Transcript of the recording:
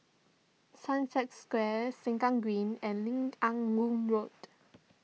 Sunset Square Sengkang Green and Lim Ah Woo Road